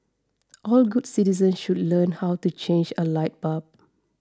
all good citizens should learn how to change a light bulb